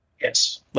Yes